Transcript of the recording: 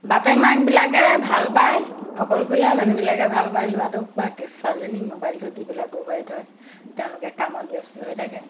বাপেক মাকবিলাকে ভাল পায় অকলশৰীয়া মানুহবিলাকে ভাল পায় ল'ৰাটোক বা কে ছোৱালীজনীক মোবাইলটো দি পেলাই বহোৱাই থয় তেওঁলোকে কামত ব্যস্ত হৈ থাকে